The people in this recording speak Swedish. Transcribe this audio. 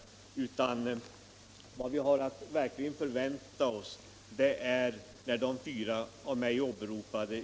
Det är kostnadsfördelningen mellan stat och kommun som är det väsentliga.